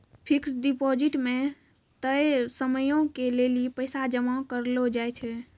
fixed deposit खाता मे तय समयो के लेली पैसा जमा करलो जाय छै